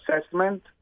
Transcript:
assessment